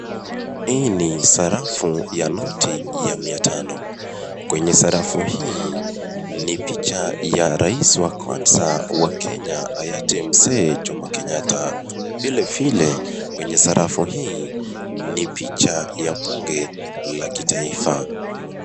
Hii ni sarafu ya noti ya mia tano. Kwenye sarafu hii ni picha ya rais wa kwaza wa Kenya hayati mzee Jomo Kenyatta. Vile vile kwenye sarafu hii ni picha ya bunge la kitaifa.